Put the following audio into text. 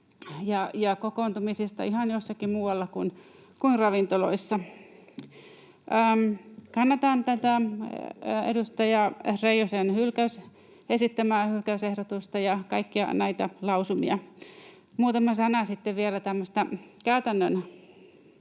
ja kokoontumisista ihan jossakin muualla kuin ravintoloissa. Kannatan tätä edustaja Reijosen esittämää hylkäysehdotusta ja kaikkia näitä lausumia. Muutama sana vielä tämmöisestä käytännön